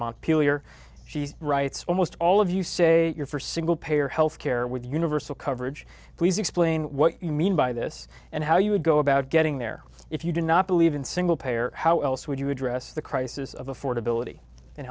montpelier she writes almost all of you say you're for single payer health care with universal coverage please explain what you mean by this and how you would go about getting there if you do not believe in single payer how else would you address the crisis of affordability and